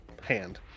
hand